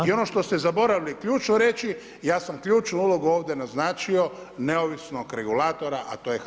I ono što ste zaboravili ključno reći, ja sam ključnu ulogu ovdje naznačio neovisnog regulatora, a to je HANFA.